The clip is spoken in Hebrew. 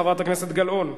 חברת הכנסת גלאון.